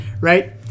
right